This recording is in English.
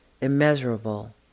immeasurable